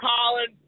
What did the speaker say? Colin